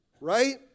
Right